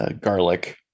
garlic